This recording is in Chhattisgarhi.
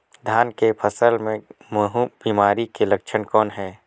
धान के फसल मे महू बिमारी के लक्षण कौन हे?